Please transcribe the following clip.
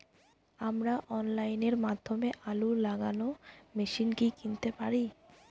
আমরা অনলাইনের মাধ্যমে আলু লাগানো মেশিন কি কিনতে পারি?